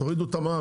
תורידו את המע"מ,